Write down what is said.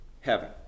Heaven